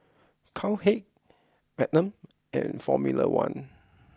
Cowhead Magnum and Formula One